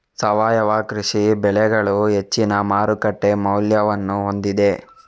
ಸಾವಯವ ಕೃಷಿ ಬೆಳೆಗಳು ಹೆಚ್ಚಿನ ಮಾರುಕಟ್ಟೆ ಮೌಲ್ಯವನ್ನು ಹೊಂದಿದೆ